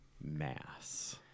mass